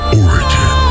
origin